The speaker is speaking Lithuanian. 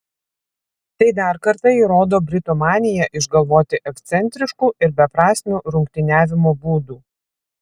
tai dar kartą įrodo britų maniją išgalvoti ekscentriškų ir beprasmių rungtyniavimo būdų